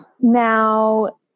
Now